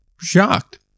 Shocked